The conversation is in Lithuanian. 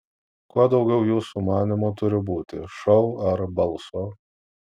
ko daugiau jūsų manymu turi būti šou ar balso